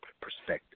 perspective